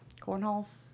Cornholes